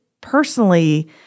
personally